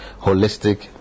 holistic